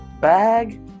bag